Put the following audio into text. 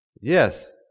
Yes